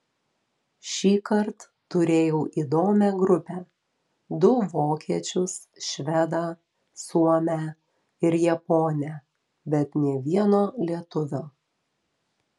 šįkart turėjau įdomią grupę du vokiečius švedą suomę ir japonę bet nė vieno lietuvio